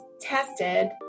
tested